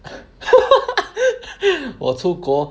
我出国